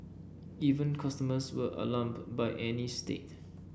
even customers were alarmed by Annie's state